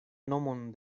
nomon